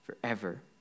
forever